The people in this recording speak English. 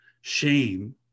shame